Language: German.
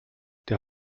der